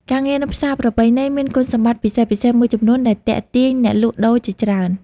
ការងារនៅផ្សារប្រពៃណីមានគុណសម្បត្តិពិសេសៗមួយចំនួនដែលទាក់ទាញអ្នកលក់ដូរជាច្រើន។